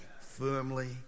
firmly